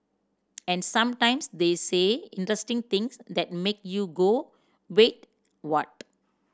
and sometimes they say interesting things that make you go Wait what